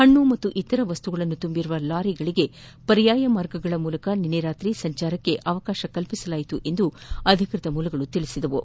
ಹಣ್ಣು ಮತ್ತು ಇತರ ವಸ್ತುಗಳನ್ನು ತುಂಬಿರುವ ಲಾರಿಗಳಿಗೆ ಪರ್ಯಾಯ ಮಾರ್ಗಗಳ ಮೂಲಕ ನಿನ್ನೆ ರಾತ್ರಿ ಸಂಚಾರಕ್ಕೆ ಅವಕಾಶ ಕಲ್ಪಿಸಲಾಯಿತು ಎಂದು ಅಧಿಕೃತ ಮೂಲಗಳು ತಿಳಿಸಿವೆ